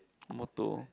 motto